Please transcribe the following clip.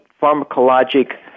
pharmacologic